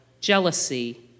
jealousy